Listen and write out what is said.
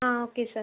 ah okay sir